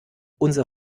unser